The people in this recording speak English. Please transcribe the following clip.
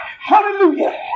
Hallelujah